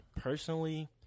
personally